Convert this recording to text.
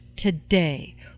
today